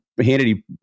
Hannity